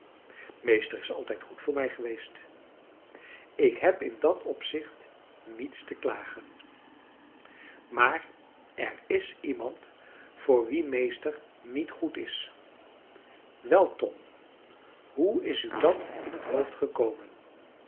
meester is altijd goed voor mij geweest ik heb in dat opzicht niets te klagen maar er is iemand voor wien meester niet goed is wel tom hoe is u dat in het hoofd gekomen